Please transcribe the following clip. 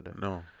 No